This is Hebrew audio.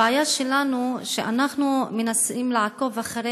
הבעיה שלנו היא שאנחנו מנסים לעקוב אחר